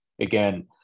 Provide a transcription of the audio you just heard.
again